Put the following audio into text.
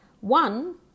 One